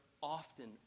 often